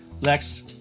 Lex